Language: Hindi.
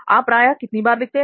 आप प्रायः कितनी बार लिखते हैं